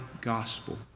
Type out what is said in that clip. gospel